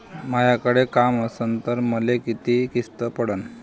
मायाकडे काम असन तर मले किती किस्त पडन?